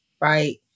right